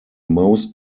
most